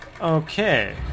Okay